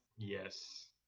Yes